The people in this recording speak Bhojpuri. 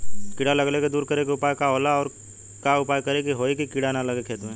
कीड़ा लगले के दूर करे के उपाय का होला और और का उपाय करें कि होयी की कीड़ा न लगे खेत मे?